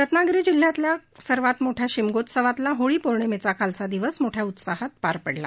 रत्नागिरी जिल्ह्यातल्या सर्वात मोठ्या शिमगोत्सवातला होळीपौर्णिमेचा कालचा दिवस मोठ्या उत्साहात पार पडला